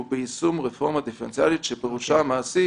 הוא ביישום רפורמה דיפרנציאלית שפירושה המעשי